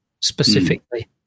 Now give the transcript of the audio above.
specifically